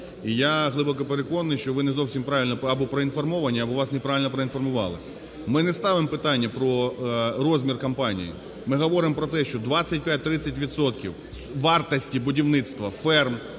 І я глибоко переконаний, що ви не зовсім правильно або проінформовані, або вас неправильно проінформували. Ми не ставимо питання про розмір компаній, ми говоримо про те, що 25-30 відсотків вартості будівництва